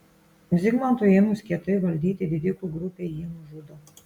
zigmantui ėmus kietai valdyti didikų grupė jį nužudo